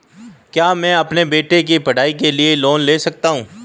क्या मैं अपने बेटे की पढ़ाई के लिए लोंन ले सकता हूं?